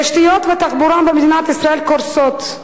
תשתיות ותחבורה במדינת ישראל קורסות.